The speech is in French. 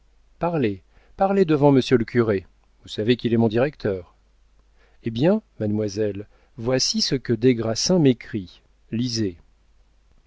parlez parlez devant monsieur le curé vous savez qu'il est mon directeur eh bien mademoiselle voici ce que des grassins m'écrit lisez